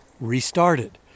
restarted